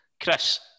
Chris